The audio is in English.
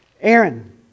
Aaron